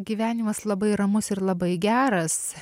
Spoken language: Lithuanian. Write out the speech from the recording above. gyvenimas labai ramus ir labai geras